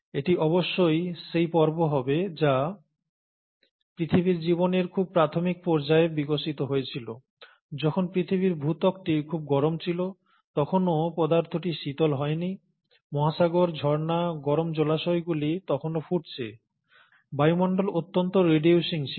এটি অবশ্যই সেই পর্ব হবে যা পৃথিবীর জীবনের খুব প্রাথমিক পর্যায়ে বিকশিত হয়েছিল যখন পৃথিবীর ভূত্বকটি খুব গরম ছিল তখনও পদার্থটি শীতল হয়নি মহাসাগর ঝর্ণা গরম জলাশয়গুলি তখনও ফুটছে বায়ুমণ্ডল অত্যন্ত রিডিউসিং ছিল